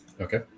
Okay